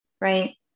right